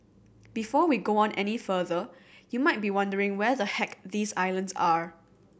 before we go on any further you might be wondering where the heck these islands are